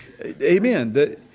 Amen